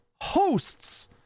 hosts